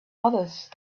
others